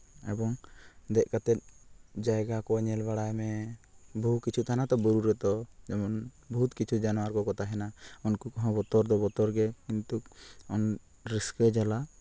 ᱮᱵᱚᱝ ᱫᱮᱡ ᱠᱟᱛᱮᱫ ᱡᱟᱭᱜᱟ ᱠᱚ ᱧᱮᱞ ᱵᱟᱲᱟᱭ ᱢᱮ ᱵᱩᱦᱩ ᱠᱤᱪᱷᱩ ᱛᱟᱦᱮᱱᱟᱛᱚ ᱛᱚ ᱡᱮᱢᱚᱱ ᱵᱚᱦᱩᱛ ᱠᱤᱪᱷᱩ ᱡᱟᱱᱣᱟᱨ ᱠᱚᱠᱚ ᱛᱟᱦᱮᱱᱟ ᱩᱱᱠᱩ ᱠᱚᱦᱚᱸ ᱵᱚᱛᱚᱨ ᱫᱚ ᱵᱚᱛᱚᱨ ᱜᱮ ᱠᱤᱱᱛᱩ ᱨᱟᱹᱥᱠᱟᱹ ᱡᱟᱞᱟ